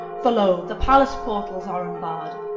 for lo, the palace portals are unbarred,